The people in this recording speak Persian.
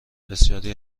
بسیاری